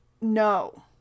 No